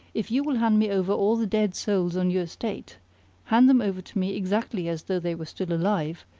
if you will hand me over all the dead souls on your estate hand them over to me exactly as though they were still alive,